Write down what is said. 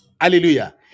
Hallelujah